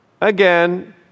again